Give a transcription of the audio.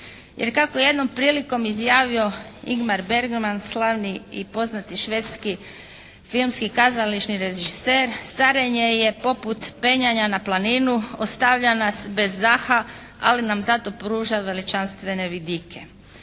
Jer kako je jednom prilikom izjavio Ingmar Bergman, slavni i poznati švedski filmski i kazališni režiser: «Starenje je poput penjanja na planinu. Ostavlja nas bez daha ali nam zato pruža veličanstvene vidike.»